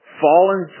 fallen